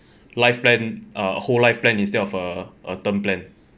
life plan uh whole life plan instead of a a term plan